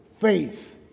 faith